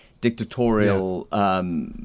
dictatorial